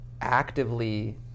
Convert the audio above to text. actively